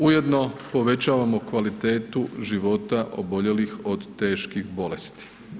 Ujedno povećavamo kvalitetu života oboljelih od teških bolesti.